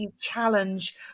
challenge